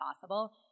possible